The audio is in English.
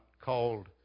called